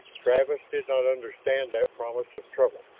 travis did not understand that promise of trouble.